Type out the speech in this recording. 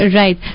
right